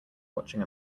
watching